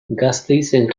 gasteizen